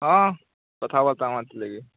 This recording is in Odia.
ହଁ କଥାବାର୍ତ୍ତା ହୁଅନ୍ତି ଲୋକେ